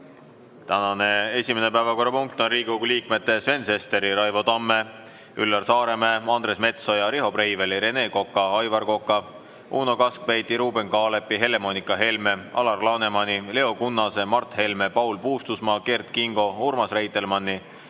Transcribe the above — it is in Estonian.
Tänane esimene päevakorrapunkt on Riigikogu liikmete Sven Sesteri, Raivo Tamme, Üllar Saaremäe, Andres Metsoja, Riho Breiveli, Rene Koka, Aivar Koka, Uno Kaskpeiti, Ruuben Kaalepi, Helle-Moonika Helme, Alar Lanemani, Leo Kunnase, Mart Helme, Paul Puustusmaa, Kert Kingo, Urmas Reitelmanni,